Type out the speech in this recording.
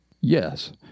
Yes